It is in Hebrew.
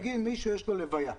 נניח, מי שיש לו לוויה חלילה.